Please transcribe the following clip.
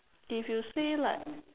if you stay like